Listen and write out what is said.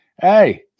hey